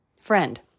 Friend